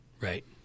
Right